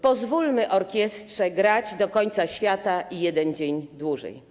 Pozwólmy orkiestrze grać do końca świata i jeden dzień dłużej.